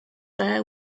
bear